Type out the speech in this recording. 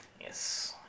Yes